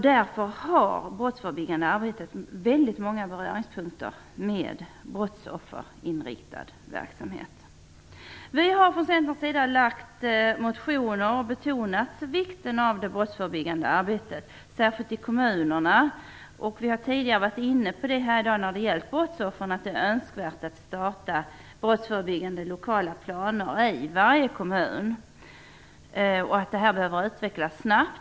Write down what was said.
Därför har det brottsförebyggande arbetet väldigt många beröringspunkter med brottsofferinriktad verksamhet. Vi har från Centerns sida väckt motioner där vi har betonat vikten av det brottsförebyggande arbetet särskilt i kommunerna. Vi har tidigare under dagen berört brottsoffren och att det är önskvärt att inrätta lokala brottsförebyggande planer i varje kommun och att det arbetet bör utvecklas snabbt.